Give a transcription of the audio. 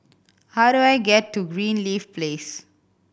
how do I get to Greenleaf Place